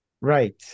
Right